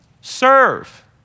Serve